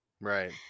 right